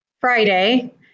Friday